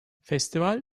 festival